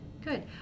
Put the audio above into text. good